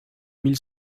mille